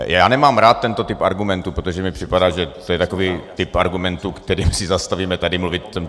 Já nemám rád tento typ argumentů, protože mi připadá, že to je takový typ argumentů, kterým si zastavíme tady mluvit o všem.